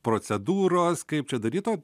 procedūros kaip čia daryt o